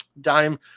Dime